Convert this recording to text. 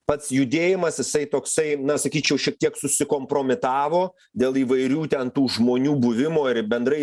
pats judėjimas jisai toksai na sakyčiau šiek tiek susikompromitavo dėl įvairių ten tų žmonių buvimo ir bendrai